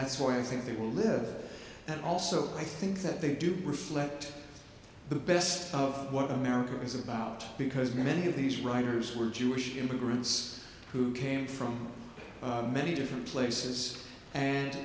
that's why i think they will live and also i think that they do reflect the best of what america is about because many of these writers were jewish immigrants who came from many different places and